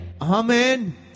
Amen